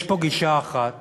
יש פה גישה אחת